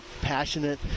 passionate